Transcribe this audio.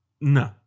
no